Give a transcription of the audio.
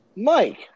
Mike